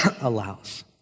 allows